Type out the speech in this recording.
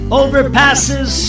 overpasses